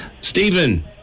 stephen